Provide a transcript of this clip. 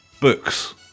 Books